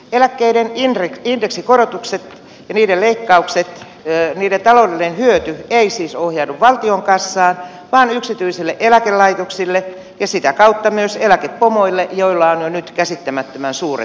eläkkeiden indeksikorotusten leikkauksien taloudellinen hyöty ei siis ohjaudu valtion kassaan vaan yksityisille eläkelaitoksille ja sitä kautta myös eläkepomoille joilla on jo nyt käsittämättömän suuret palkkiot